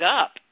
up